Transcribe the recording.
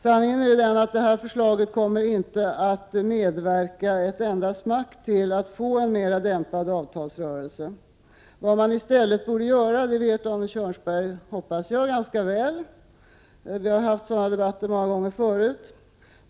Sanningen är den att detta förslag inte kommer att medverka ett enda smack till en mer dämpad avtalsrörelse. Vad man i stället borde göra vet Arne Kjörnsberg ganska väl, hoppas jag. Vi har haft sådana debatter många gånger förut.